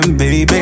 baby